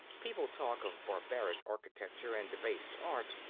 people talk of barbaric architecture and debased art.